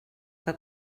que